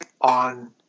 on